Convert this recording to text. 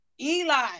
eli